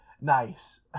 Nice